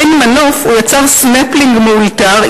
באין מנוף הוא יצר סנפלינג מאולתר,